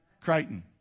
Crichton